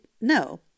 No